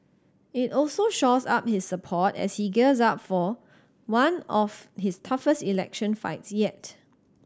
it also shores up his support as he gears up for one of his toughest election fights yet